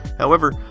however,